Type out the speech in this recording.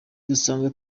dusanzwe